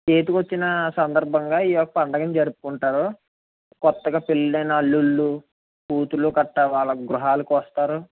చేతికి వచ్చిన సందర్భంగా ఈ యొక్క పండుగను జరుపుకుంటారు కొత్తగా పెళ్ళయిన అల్లుళ్ళు కూతుర్లు గట్రా వాళ్ళ గృహాలకు వస్తారు